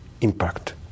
impact